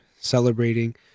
celebrating